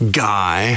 guy